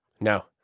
No